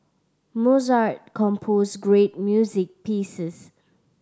Mozart composed great music pieces